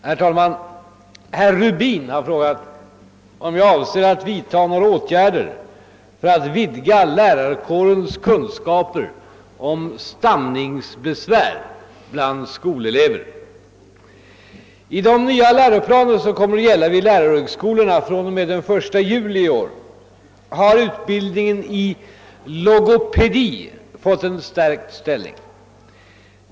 Herr talman! Herr Rubin har frågat om jag avser att vidtaga några åtgärder för att vidga lärarkårens kunskaper om stamningsbesvär bland skolelever. I de nya läroplaner som kommer att gälla vid lärarhögskolorna från och med den 1 juli innevarande år har utbildningen i logopedi fått en stärkt ställning.